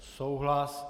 Souhlas.